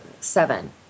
seven